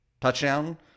touchdown